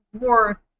more